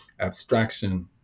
abstraction